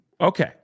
Okay